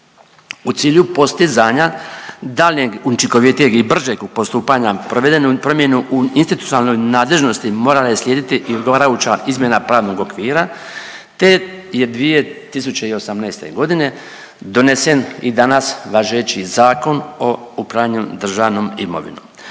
U cilju postizanja daljnjeg učinkovitijeg i bržeg postupanja provedenu promjenu u institucionalnoj nadležnosti morala je slijediti i odgovarajuća izmjena pravnog okvira te je 2018. godine donesen i danas važeći Zakon o upravljanju državnom imovinom.